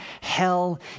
Hell